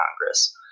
Congress